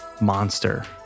monster